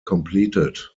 completed